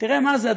תראה מה זה,